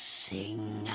sing